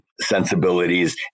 sensibilities